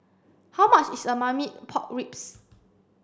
how much is Marmite Pork Ribs